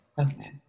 Okay